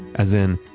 as in,